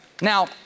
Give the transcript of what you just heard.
Now